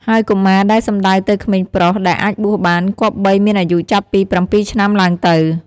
ហើយកុមារ ដែលសំដៅទៅក្មេងប្រុស ដែលអាចបួសបាន គប្បីមានអាយុចាប់ពី ៧ ឆ្នាំឡើងទៅ។